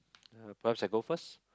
uh perhaps I go first